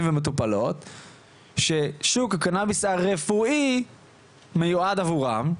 ומטופלות ששוק הקנאביס הרפואי מיועד עבורם,